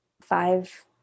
five